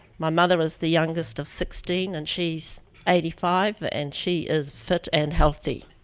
my mother was the youngest of sixteen and she's eighty five, and she is fit and healthy.